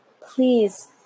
please